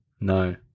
No